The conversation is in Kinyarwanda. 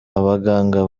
abaganga